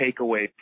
takeaway